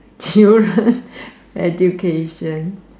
children education